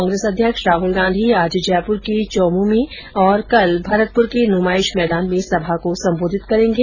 कांग्रेस अध्यक्ष राहुल गांधी आज जयपुर के चौमू में और कल भरतपुर के नुमाइश मैदान में सभा को संबोधित करेंगे